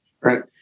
Right